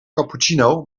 cappuccino